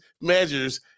measures